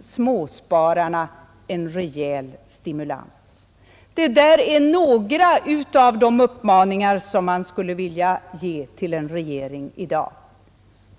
småspararna en rejäl stimulans! Det är några av de uppmaningar som man skulle vilja ge en regering i dag.